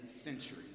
century